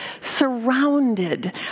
surrounded